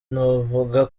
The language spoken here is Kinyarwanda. navuga